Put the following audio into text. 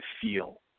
feel